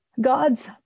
God's